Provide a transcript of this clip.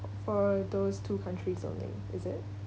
for those two countries only is it